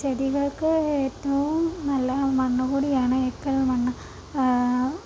ചെടികൾക്ക് ഏറ്റവും നല്ല മണ്ണ് കൂടിയാണ് എക്കൽ മണ്ണ്